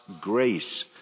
grace